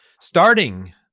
starting